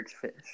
fish